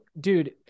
dude